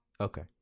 Okay